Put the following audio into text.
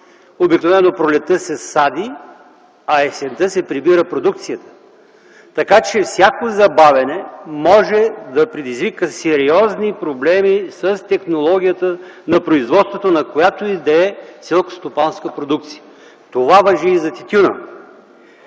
Обикновено пролетта се сади, а есента се събира продукцията. Всяко забавяне може да предизвика сериозни проблеми с технологията на производството на която и да е селскостопанска продукция. Това важи и за тютюна.